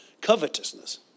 covetousness